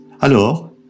Alors